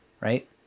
right